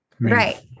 Right